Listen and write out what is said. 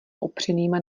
upřenýma